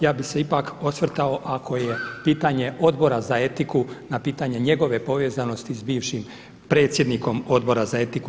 Ja bih se ipak osvrtao ako je pitanje Odbora za etiku na pitanje njegove povezanosti s bivšim predsjednikom Odbora za etiku.